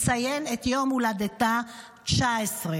אבל אתמול הייתם בצד הצודק של ההיסטוריה,